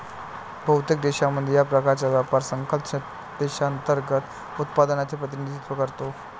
बहुतेक देशांमध्ये, या प्रकारचा व्यापार सकल देशांतर्गत उत्पादनाचे प्रतिनिधित्व करतो